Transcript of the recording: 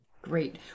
Great